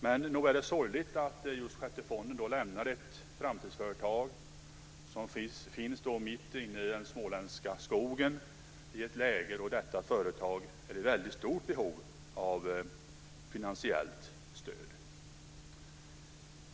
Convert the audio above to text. Men nog är det sorgligt att just Sjätte AP-fonden lämnar ett framtidsföretag som finns mitt inne i den småländska skogen i ett läge där detta företag är i väldigt stort behov av finansiellt stöd.